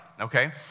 okay